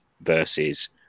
versus